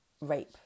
Rape